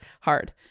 hard